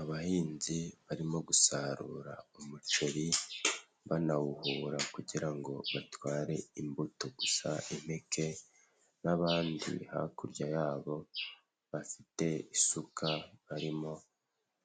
Abahinzi barimo gusarura umuceri banawuhura kugira ngo batware imbuto gusa impeke n'abandi hakurya yabo bafite isuka barimo